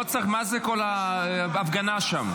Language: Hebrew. מה זה כל ההפגנה שם?